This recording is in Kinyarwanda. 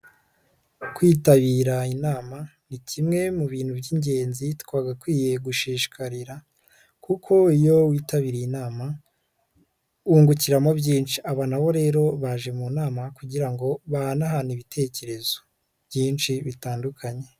Kwitabira inama ni kimwe mu bintu by'ingenzi twagakwiye gushishikarira, kuko iyo witabiriye inama wungukiramo byinshi, aba nabo rero baje mu nama kugira ngo bahanahane ibitekerezo byinshi bitandukanye.